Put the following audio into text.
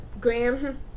Graham